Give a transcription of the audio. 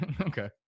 Okay